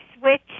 switch